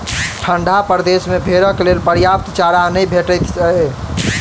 ठंढा प्रदेश मे भेंड़क लेल पर्याप्त चारा नै भेटैत छै